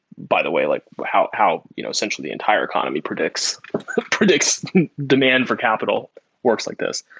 by the way, like how how you know essentially the entire economy predicts predicts demand for capital works like this.